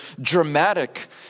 dramatic